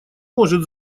может